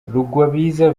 rugwabiza